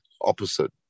opposite